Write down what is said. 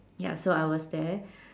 ya so I was there